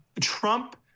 Trump